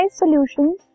solutions